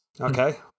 Okay